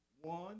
One